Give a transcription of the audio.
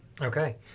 Okay